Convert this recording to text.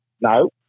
no